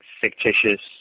fictitious